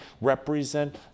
represent